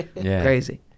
Crazy